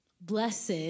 Blessed